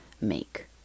make